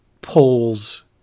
polls